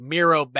Miro